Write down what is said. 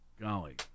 golly